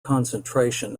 concentration